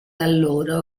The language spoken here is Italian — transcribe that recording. allora